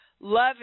Love